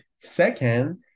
Second